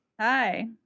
hi